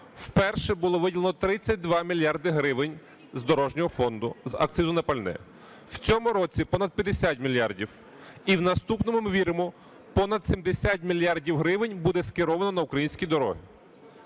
вперше було виділено 32 мільярди гривень з дорожнього фонду з акцизу на пальне. В цьому році понад 50 мільярдів. І в наступному, ми віримо, понад 70 мільярдів гривень буде скеровано на українські дороги.